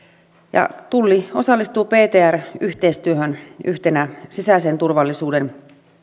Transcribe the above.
tulli osallistuu ptr yhteistyöhön yhtenä sisäisen turvallisuuden